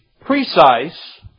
precise